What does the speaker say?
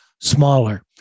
smaller